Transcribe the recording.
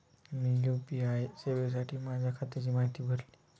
मी UPI सेवेसाठी माझ्या खात्याची माहिती भरली